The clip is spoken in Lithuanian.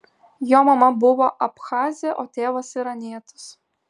jo mama buvo abchazė o tėvas iranietis